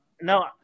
No